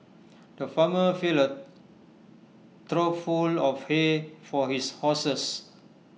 the farmer filled A trough full of hay for his horses